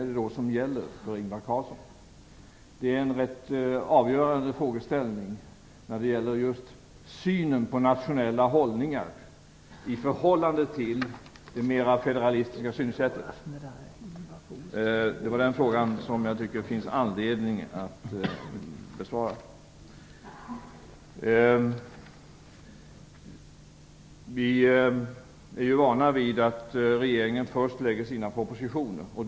Det är en avgörande frågeställning när det gäller just synen på nationella hållningar i förhållande till det mera federalistiska synsättet. Den frågan tycker jag att det finns anledning att besvara. Vi är vana vid att regeringen först lägger fram sina propositioner.